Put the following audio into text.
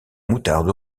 moutarde